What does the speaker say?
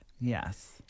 Yes